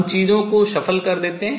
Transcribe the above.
हम चीजों को shuffle इधर उधर कर देते हैं